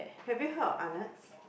have you heard of Arnold's